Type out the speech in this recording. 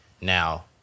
Now